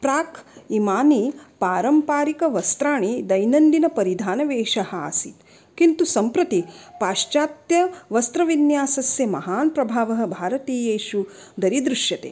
प्राक् इमानि पारम्परिकवस्त्राणि दैनन्दिनपरिधानवेषः आसीत् किन्तु सम्प्रति पाश्चात्यवस्त्रविन्यासस्य महान् प्रभावः भारतीयेषु दरीदृश्यते